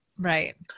Right